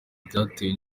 byatewe